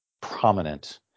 Prominent